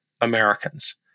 Americans